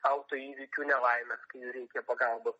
autoįvykių nelaimes kai reikia pagalbos